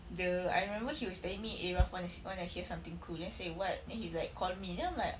the I remember he was telling me eh raf want to se~ want to hear something cool then I say what then he's like call me then I'm like